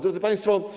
Drodzy Państwo!